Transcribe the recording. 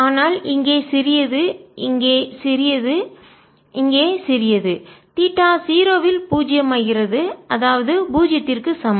ஆனால் இங்கே சிறியது இங்கே சிறியது இங்கே சிறியது தீட்டா 0 வில் பூஜ்ஜியமாகிறது அதாவது பூஜ்ஜியத்திற்கு சமம்